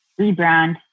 rebrand